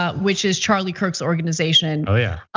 ah which is charlie kirk's organization ah yeah,